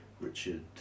Richard